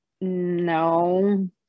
no